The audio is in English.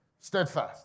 steadfast